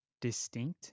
distinct